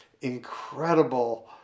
incredible